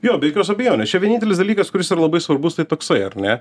jo be jokios abejonės čia vienintelis dalykas kuris yra labai svarbus tai toksai ar ne